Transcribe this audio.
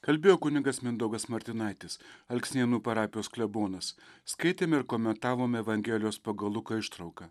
kalbėjo kunigas mindaugas martinaitis alksnėnų parapijos klebonas skaitėme ir komentavome evangelijos pagal luką ištrauką